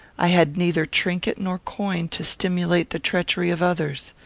i had neither trinket nor coin to stimulate the treachery of others.